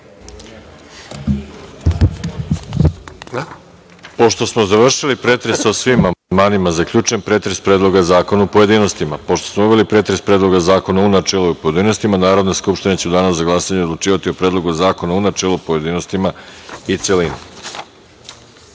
Pošto smo završili pretres o svim amandmanima, zaključujem pretres Predloga zakona u pojedinostima. Pošto smo obavili pretres Predloga zakona u načelu i u pojedinostima, Narodna skupština će u danu za glasanje odlučivati o Predlogu zakonu u načelu, pojedinostima i u